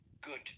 good